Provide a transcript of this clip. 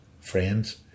friends